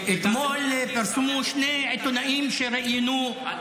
אתמול פרסמו שני עיתונאים שראיינו -- אתה